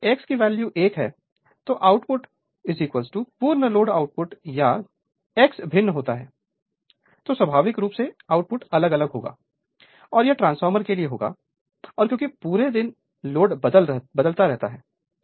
और यदि X की वैल्यू1 है तो आउटपुट पूर्ण लोड आउटपुट या X भिन्न होता है तो स्वाभाविक रूप से आउटपुट अलग अलग होगा और यह ट्रांसफार्मर के लिए होगा और क्योंकि पूरे दिन लोड बदल रहा है